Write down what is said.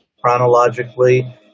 chronologically